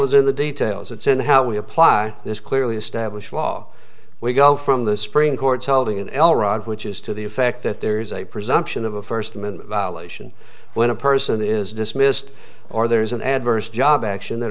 is in the details it's in how we apply this clearly established law we go from the supreme court's holding an el rod which is to the effect that there is a presumption of a first amendment violation when a person is dismissed or there is an adverse job action that